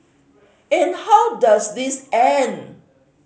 and how does this end